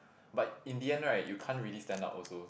but in the end right you can't really stand out also